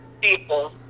people